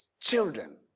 children